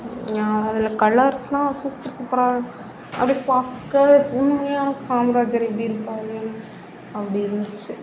நான் அதில் கலர்ஸ்யெலாம் சூப்பர் சூப்பராக அப்படியே பார்க்கற உண்மையான காமராஜர் எப்படி இருப்பார் அப்படி இருந்துச்சு